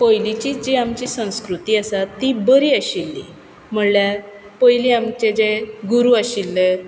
पयलींची जी आमची संस्कृती आसा ती बरी आशिल्ली म्हणल्यार पयलीं आमचे जे गुरू आशिल्ले